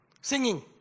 singing